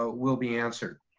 ah will be answered,